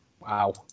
Wow